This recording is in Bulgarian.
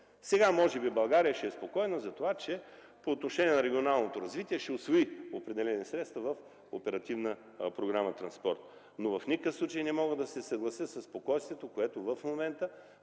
Сега може би България ще е спокойна за това, че по отношение на регионалното развитие ще усвои определени средства по Оперативна програма „Транспорт”. В никакъв случай не мога да се съглася със спокойствието, с което в момента